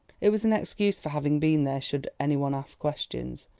it was an excuse for having been there should any one ask questions.